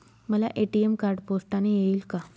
मला ATM card पोस्टाने येईल का?